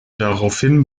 daraufhin